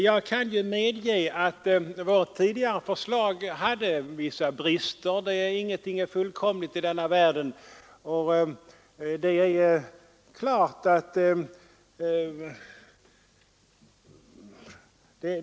Jag kan medge att vårt tidigare förslag hade vissa brister — ingenting är fullkomligt i denna världen. Bl. a. kom besvärsfrågan i kläm.